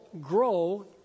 grow